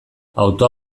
autoa